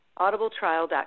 audibletrial.com